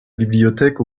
bibliothèque